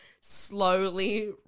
slowly